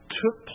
took